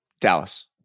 Dallas